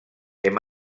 hem